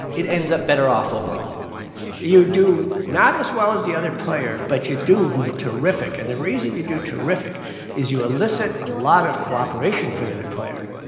it ends up better off overall you do not as well as the other player, but you do terrific. and the reason you do terrific is you elicit a lot of cooperation for the other player.